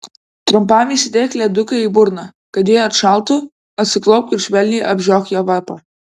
trumpam įsidėk leduką į burną kad ji atšaltų atsiklaupk ir švelniai apžiok jo varpą